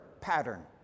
pattern